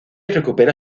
recupera